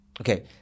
okay